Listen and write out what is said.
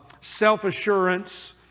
self-assurance